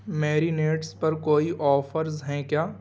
marinades پر کوئی offers ہیں کیا